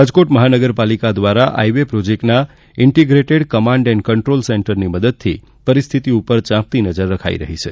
રાજકોટ મહાનગરપાલિકા દ્વારા I way પ્રોજેક્ટના ઇન્ટીગ્રેટેડ કમાન્ડ એન્ડ કંટ્રોલ સેન્ટરની મદદથી પરિસ્થિતિ ઉપર ચાંપતી નજર રખાઈ રહી છે